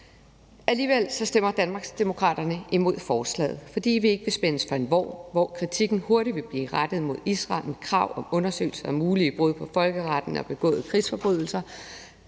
Alligevel stemmer Danmarksdemokraterne imod forslaget, fordi vi ikke vil spændes for en vogn, hvor kritikken hurtigt vi blive rettet mod Israel med krav om undersøgelser af mulige brud på folkeretten og begåede krigsforbrydelser.